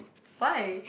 why